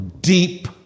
deep